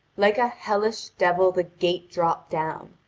like a hellish devil the gate dropped down,